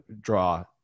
draw